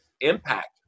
impact